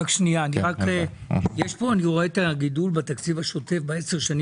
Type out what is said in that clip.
אני רואה שהגידול בתקציב השוטף בעשרות השנים